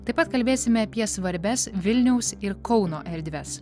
taip pat kalbėsime apie svarbias vilniaus ir kauno erdves